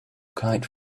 kite